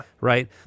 right